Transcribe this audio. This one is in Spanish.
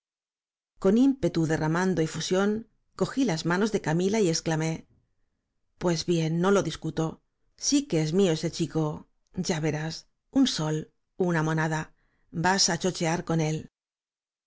con ímpetu derramando efusión cogí las manos de camila y exclamé pues bien no lo discuto sí que es mío ese chico ya verás un sol una monada vas á chochear con él